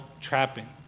trapping